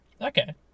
Okay